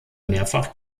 mehrfach